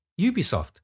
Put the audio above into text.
Ubisoft